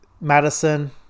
Madison